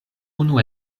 unu